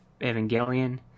Evangelion